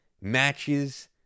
matches